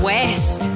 West